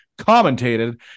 commentated